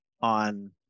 on